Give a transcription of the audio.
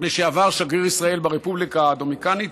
לשעבר שגריר ישראל ברפובליקה הדומיניקנית,